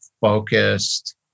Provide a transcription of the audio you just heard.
focused